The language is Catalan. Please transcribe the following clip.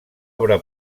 obra